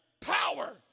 power